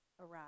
arrive